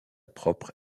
propre